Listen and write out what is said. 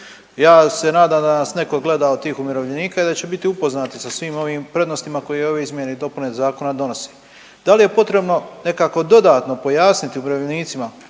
Ja se nadam da nas neko gleda od tih umirovljenika i da će biti upoznati sa svim ovim prednostima koje ove izmjene i dopune zakona donose. Da li je potrebno nekako dodatno pojasniti umirovljenicima